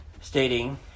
Stating